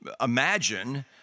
imagine